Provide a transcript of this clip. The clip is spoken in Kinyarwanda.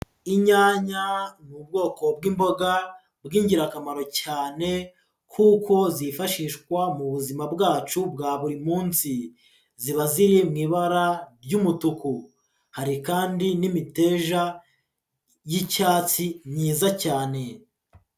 Inyanya ni ubwoko bw'imboga bw'ingirakamaro cyane kuko zifashishwa mu buzima bwacu bwa buri munsi. Ziba ziri mu ibara ry'umutuku, hari kandi n'imiteja y'icyatsi myiza cyane.